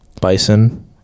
bison